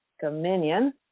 dominion